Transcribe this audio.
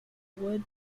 wood